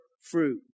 fruit